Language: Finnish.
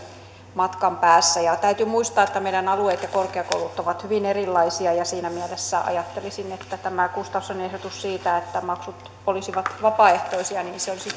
matkan päässä täytyy muistaa että meidän alueet ja korkeakoulut ovat hyvin erilaisia ja siinä mielessä ajattelisin että tämä gustafssonin ehdotus siitä että maksut olisivat vapaaehtoisia olisi